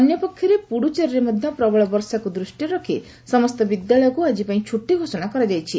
ସେହିଭଳି ପୁଡୁଚେରୀରେ ମଧ୍ୟ ପ୍ରବଳ ବର୍ଷାକୁ ଦୃଷ୍ଟିରେ ରଖି ସମସ୍ତ ବିଦ୍ୟାଳୟକୁ ଆଜି ପାଇଁ ଛୁଟି ଘୋଷଣା କରାଯାଇଛି